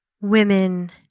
women